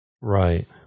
Right